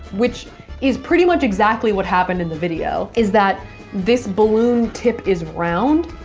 which is pretty much exactly what happened in the video, is that this balloon tip is round,